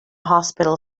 hospital